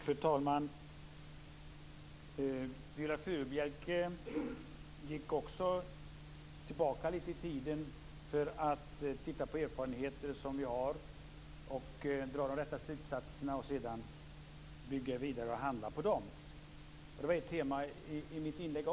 Fru talman! Viola Furubjelke gick också tillbaka litet i tiden för att titta på de erfarenheter vi har, dra de rätta slutsatserna och sedan bygga vidare på dem och handla därefter. Det var ett tema också i mitt inlägg.